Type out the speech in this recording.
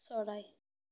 চৰাই